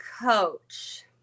coach